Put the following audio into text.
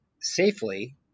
safely